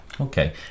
okay